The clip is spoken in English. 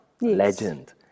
legend